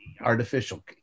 artificial